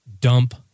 dump